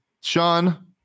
Sean